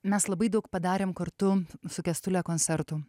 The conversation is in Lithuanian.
mes labai daug padarėm kartu su kęstule koncertų